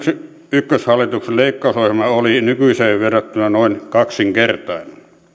ykköshallituksen leikkausohjelma oli nykyiseen verrattuna noin kaksinkertainen